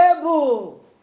able